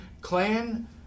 clan